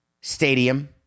stadium